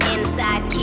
Inside